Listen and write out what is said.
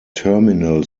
terminal